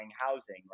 housing